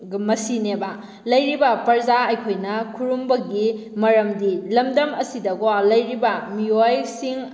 ꯃꯁꯤꯅꯦꯕ ꯂꯩꯔꯤꯕ ꯄꯔꯖꯥ ꯑꯩꯈꯣꯏꯅ ꯈꯨꯔꯨꯝꯕꯒꯤ ꯃꯔꯝꯗꯤ ꯂꯝꯗꯝ ꯑꯁꯤꯗꯀꯣ ꯂꯩꯔꯤꯕ ꯃꯤꯑꯣꯏꯁꯤꯡ